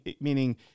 meaning